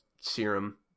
serum